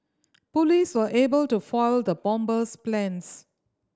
police were able to foil the bomber's plans